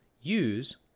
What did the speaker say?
use